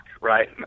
right